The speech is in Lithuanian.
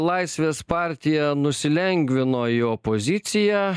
laisvės partija nusilengvino į opoziciją